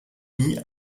nie